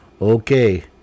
okay